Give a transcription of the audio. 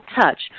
touch